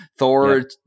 Thor